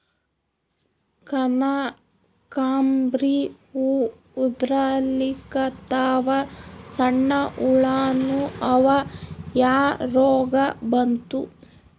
ಕನಕಾಂಬ್ರಿ ಹೂ ಉದ್ರಲಿಕತ್ತಾವ, ಸಣ್ಣ ಹುಳಾನೂ ಅವಾ, ಯಾ ರೋಗಾ ಬಂತು?